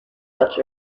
such